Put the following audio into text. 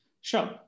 Sure